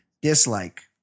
Dislike